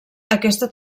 aquesta